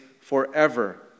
forever